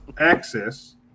access